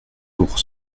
pour